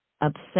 upset